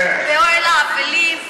באוהל האבלים,